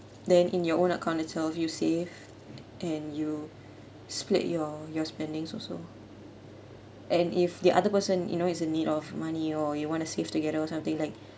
then in your own account itself you save and you split your your spendings also and if the other person you know is in need of money or you want to save together or something like